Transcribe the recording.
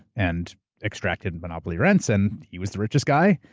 and extracted monopoly rents and he was the richest guy.